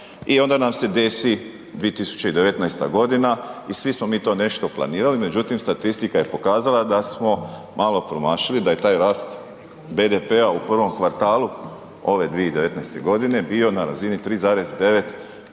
i onda nam se desi 2019. godina i svi smo mi to nešto planirali međutim statistika je pokazala da smo malo promašili, da je taj rast BDP-a u prvom kvartalu ove 2019. godine bio na razini 3,9%